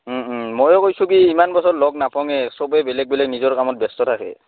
ময়ো কৈছো কি ইমান বছৰ লগ নাপাওঁৱেই বেলেগ বেলেগ নিজৰ কামত ব্যস্ত থাকে